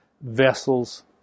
vessels